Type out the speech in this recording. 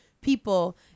people